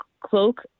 cloak